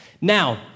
Now